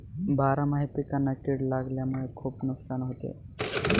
बारामाही पिकांना कीड लागल्यामुळे खुप नुकसान होते